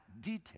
detail